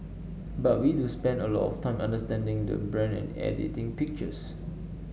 but we do spend a lot of time understanding the brand and editing pictures